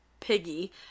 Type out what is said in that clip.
piggy